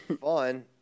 Fun